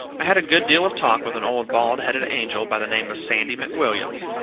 i had a good deal of talk with an old bald-headed angel by the name of sandy mcwilliams.